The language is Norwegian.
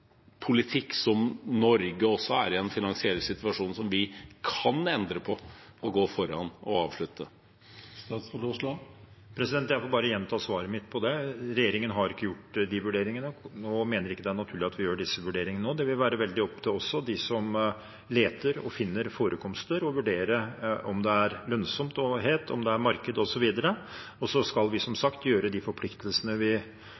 finansiell situasjon til å kunne endre på ved å gå foran og avslutte. Jeg får bare gjenta svaret mitt. Regjeringen har ikke gjort de vurderingene og mener ikke det er naturlig at vi gjør disse vurderingene nå. Det vil også være veldig opp til dem som leter og finner forekomster – å vurdere om det er lønnsomhet, om det er marked osv. Vi skal som sagt overholde de forpliktelsene vi har når det gjelder å beregne klimaeffektene av de ulike prosjektene som